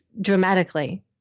dramatically